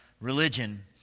religion